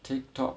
TikTok